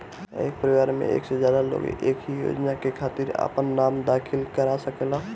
का एक परिवार में एक से ज्यादा लोग एक ही योजना के खातिर आपन नाम दाखिल करा सकेला?